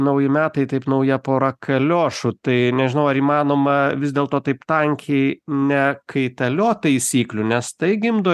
nauji metai taip nauja pora kaliošų tai nežinau ar įmanoma vis dėlto taip tankiai nekaitaliot taisyklių nes tai gimdo